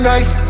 Nice